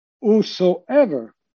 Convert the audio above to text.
whosoever